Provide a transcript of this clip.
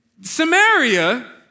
Samaria